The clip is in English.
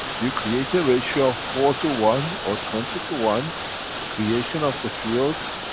you create a ratio of four to one or twenty to one creation of the fields.